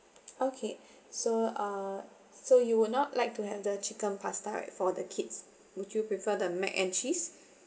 okay so uh so you would not like to have the chicken pasta right for the kids would you prefer the mac and cheese